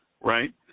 right